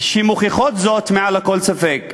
שמוכיחות זאת מעל לכל ספק.